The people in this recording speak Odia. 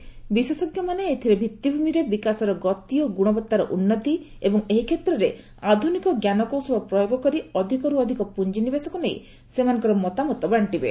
ଏଥିରେ ପେନାଲିଷ୍ଟମାନେ ଭିଭିଭ୍ରମିର ବିକାଶର ଗତି ଓ ଗୁଣବତାର ଉନ୍ନତି ଏବଂ ଏହି କ୍ଷେତ୍ରରେ ଆଧୁନିକ ଞ୍ଜାନକୌଶଳ ପ୍ରୟୋଗ କରି ଅଧିକରୁ ଅଧିକ ପୁଞ୍ଜନିବେଶକୁ ନେଇ ସେମାନଙ୍କ ମତାମତ ବାଣ୍ଟିବେ